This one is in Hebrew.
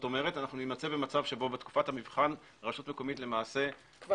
כלומר נימצא במצב שבו בתקופת המבחן רשות מקומית כבר